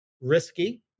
risky